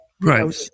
Right